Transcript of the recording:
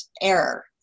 error